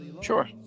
Sure